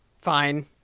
Fine